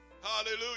Hallelujah